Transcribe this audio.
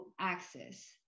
access